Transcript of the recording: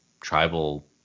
tribal